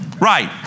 Right